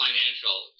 Financial